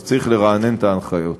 אז צריך לרענן את ההנחיות.